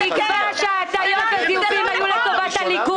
נקבע שהטיות לזיופים היו לטובת הליכוד.